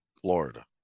Florida